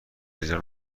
اجرا